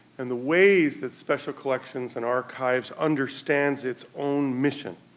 and the ways that special collections and archives understands its own mission,